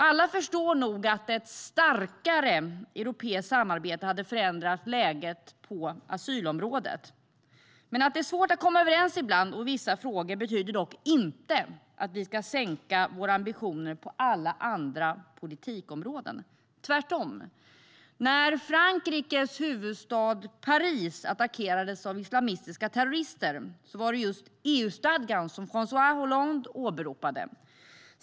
Alla förstår nog att ett starkare europeiskt samarbete hade förändrat läget på asylområdet. Att det är svårt att komma överens ibland och i vissa frågor betyder dock inte att vi ska sänka våra ambitioner på alla andra politikområden - tvärtom. När Frankrikes huvudstad Paris attackerades av islamistiska terrorister var det just EU-stadgan som François Hollande åberopade.